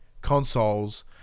consoles